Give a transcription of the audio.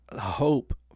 hope